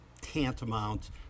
tantamount